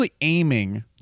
aiming